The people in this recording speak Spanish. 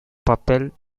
papel